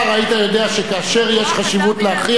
היית יודע שכאשר יש חשיבות להכריע,